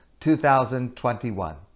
2021